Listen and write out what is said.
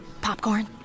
Popcorn